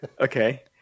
Okay